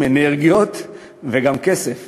אנרגיות וגם כסף